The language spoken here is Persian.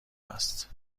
است